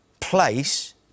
place